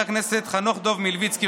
חבר הכנסת חנוך דב מלביצקי,